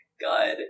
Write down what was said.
god